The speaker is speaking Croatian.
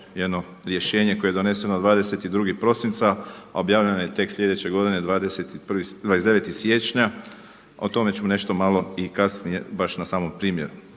jedno rješenje koje je doneseno 22. prosinca a objavljeno je tek sljedeće godine 29. siječnja. O tome ću nešto malo i kasnije baš na samom primjeru.